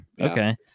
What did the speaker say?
Okay